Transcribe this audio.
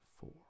four